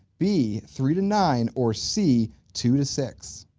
b, three to nine, or c, two to six?